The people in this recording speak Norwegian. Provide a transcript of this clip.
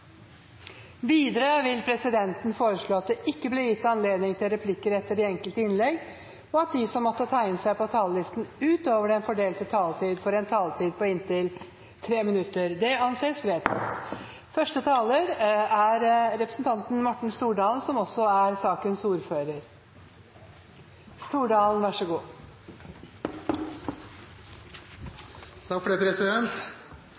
Videre vil presidenten foreslå at det blir gitt anledning til fem replikker med svar etter innlegg fra medlemmer av regjeringen innenfor den fordelte taletid, og at de som måtte tegne seg på talerlisten utover den fordelte taletid, får en taletid på inntil 3 minutter. – Det anses vedtatt. Første taler er representanten Linda C. Hofstad Helleland, som nå fungerer som ordfører for